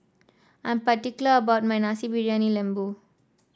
I'm particular about my Nasi Briyani Lembu